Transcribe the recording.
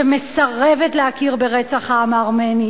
שמסרבת להכיר ברצח העם הארמני.